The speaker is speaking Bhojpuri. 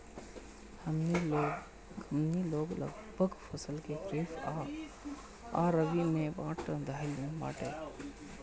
हमनी इहाँ लगभग फसल के खरीफ आ रबी में बाँट देहल बाटे